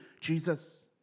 Jesus